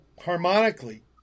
harmonically